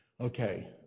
okay